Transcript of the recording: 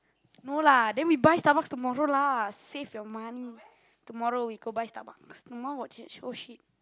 no lah then we buy Starbucks tomorrow lah save your money tomorrow we go buy Starbucks my mum watching oh shit